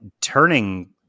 turning